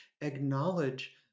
Acknowledge